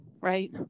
right